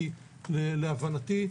כי בהבנתי,